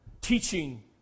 teaching